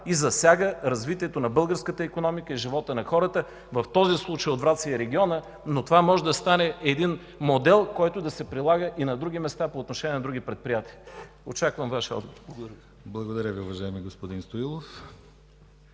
и засяга развитието на българската икономика и живота на хората, в този случай от Враца и региона, но това може да стане модел, който да се прилага и на различни места по отношение на други предприятия. Очаквам Вашия отговор. Благодаря Ви. ПРЕДСЕДАТЕЛ